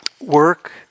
work